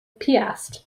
piast